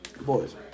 Boys